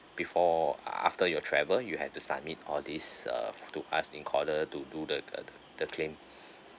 before a~ after your travel you have to submit all these uh to us in order to do the uh the the claim